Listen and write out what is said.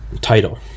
Title